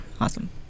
Awesome